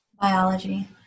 Biology